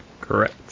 Correct